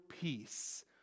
peace